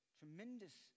tremendous